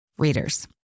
readers